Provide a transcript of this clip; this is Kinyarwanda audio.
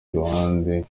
iruhande